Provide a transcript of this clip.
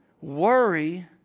Worry